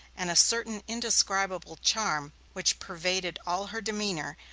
and a certain indescribable charm which pervaded all her demeanor,